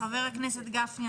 חבר הכנסת גפני,